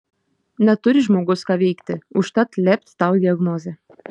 neturi žmogus ką veikti užtat lept tau diagnozę